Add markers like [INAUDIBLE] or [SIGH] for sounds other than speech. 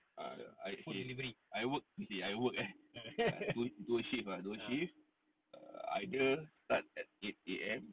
[NOISE] I work I work eh dua shift dua shift err either start at eight A_M